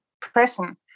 present